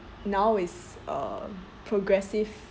now is uh progressive